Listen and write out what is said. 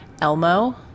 ELMO